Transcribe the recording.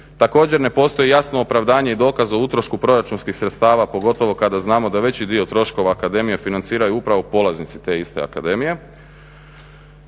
također ne postoji jasno opravdanje i dokaz o utrošku proračunskih sredstava pogotovo kada znamo da veći dio troškova akademije financiraju upravo polaznici te iste akademije.